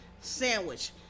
sandwich